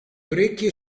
orecchie